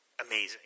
amazing